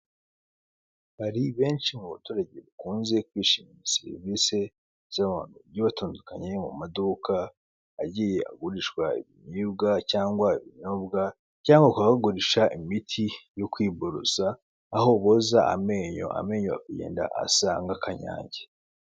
Hari benshi mu baturage bakunze kwishimira serivisi z'abantu bagiye batandukanye mu maduka agiye agurishwa ikinyobwa cyangwa iguhisha imiti yo kwivuza aho boza amenyo, amenyo bakagenda asanga nk'akanyange.